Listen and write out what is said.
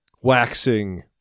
waxing